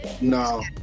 no